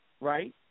right